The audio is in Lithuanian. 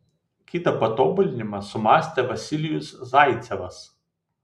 kitą patobulinimą sumąstė vasilijus zaicevas